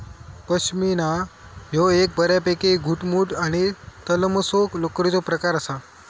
पश्मीना ह्यो एक बऱ्यापैकी घटमुट आणि तलमसो लोकरीचो प्रकार आसा